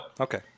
Okay